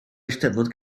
eisteddfod